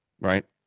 right